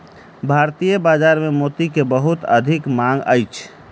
भारतीय बाजार में मोती के बहुत अधिक मांग अछि